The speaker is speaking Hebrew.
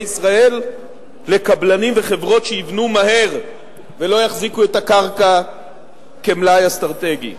ישראל לקבלנים וחברות שיבנו מהר ולא יחזיקו את הקרקע כמלאי אסטרטגי.